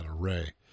array